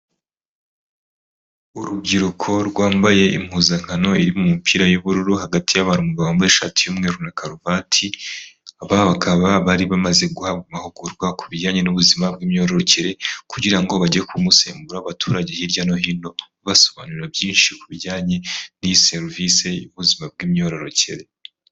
Urubyiruko rwambaye impuzankano iri mumipira y'ubururu hagati y'aba hari umugabo wambaye ishati y'umweru na karuvati, aba bakaba bari bamaze guhabwa amahugurwa ku bijyanye n'ubuzima bw'imyororokere, kugira ngo bajye kumusimbura, abaturage hirya no hino ba basobanura byinshi ku bijyanye n'iyi serivisi y'ubuzima bw'imyororokere.